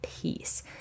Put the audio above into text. peace